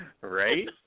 Right